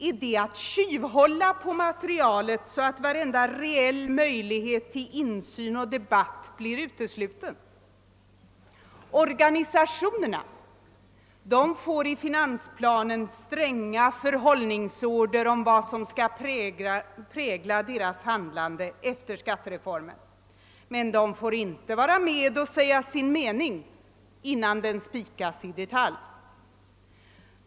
Är det att tjuvhålla på materialet så att varje reell möjlighet till insyn och debatt blir utesluten? Organisationerna får i finansplanen herr Strängs förhållningsorder om vad som skall prägla deras handlande efter skattereformen, men de får inte vara med och säga sin mening innan den fastläggs i detalj.